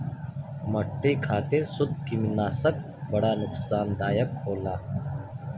मट्टी खातिर सूत्रकृमिनाशक बड़ा नुकसानदायक होला